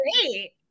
great